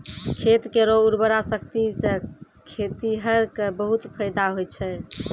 खेत केरो उर्वरा शक्ति सें खेतिहर क बहुत फैदा होय छै